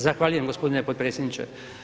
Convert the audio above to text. Zahvaljujem gospodine potpredsjedniče.